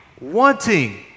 wanting